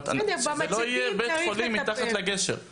שזה לא יהיה בית חולים מתחת לגשר.